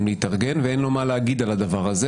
להתארגן ואין לו מה להגיד על הדבר הזה,